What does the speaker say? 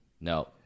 No